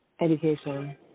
Education